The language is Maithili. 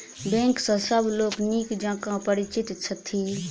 बैंक सॅ सभ लोक नीक जकाँ परिचित छथि